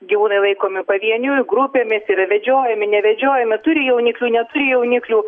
gyvūnai laikomi pavieniui grupėmis yra vedžiojami nevedžiojami turi jauniklių neturi jauniklių